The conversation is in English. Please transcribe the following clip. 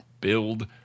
build